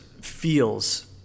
feels